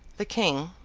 the king,